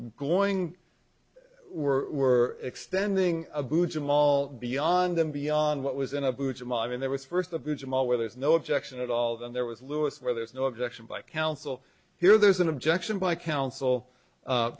going we're we're extending a boojum all beyond them beyond what was in a boojum i mean there was first of all where there's no objection at all then there was louis where there is no objection by counsel here there's an objection by counsel